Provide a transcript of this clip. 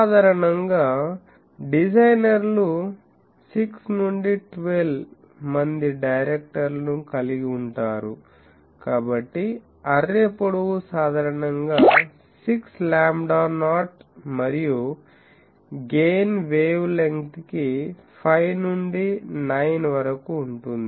సాధారణంగా డిజైనర్ లు 6 నుండి 12 మంది డైరెక్టర్ల ను కలిగి ఉంటారు కాబట్టి అర్రే పొడవు సాధారణంగా 6 లాంబ్డా నాట్ మరియు గెయిన్ వేవ్ లెంగ్త్ కి 5 నుండి 9 వరకు ఉంటుంది